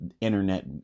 internet